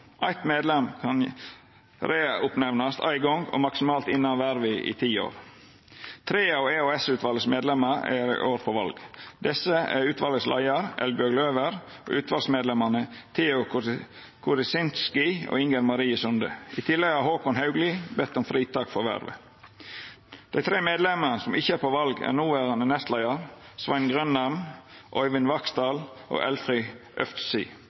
eit tidsrom på inntil fem år. Ein medlem kan verta nemnd opp att éin gong og maksimalt ha vervet i ti år. Tre av EOS-utvalets medlemar er i år på val. Desse er leiaren for utvalet, Eldbjørg Løwer, og utvalsmedlemane Theo Koritzinsky og Inger Marie Sunde. I tillegg har Håkon Haugli bedt om fritak frå vervet. Dei tre medlemane som ikkje er på val, er noverande nestleiar, Svein Grønnern, Øyvind Vaksdal og Elfrid